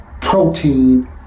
protein